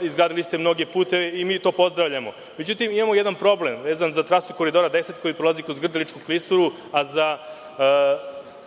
izgradili ste mnoge puteve i mi to pozdravljamo. Međutim, imamo jedan problem vezan za trasu Koridora 10 koji prolazi kroz Grdeličku klisuru, a za